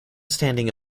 standing